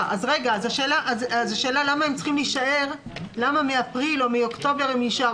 אז השאלה למה הם צריכים להישאר במקביל מאפריל או מאוקטובר.